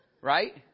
Right